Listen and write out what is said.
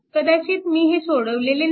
कदाचित मी हे सोडवलेले नाही